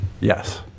Yes